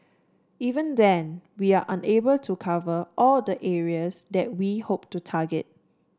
even then we are unable to cover all the areas that we hope to target